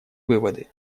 выводы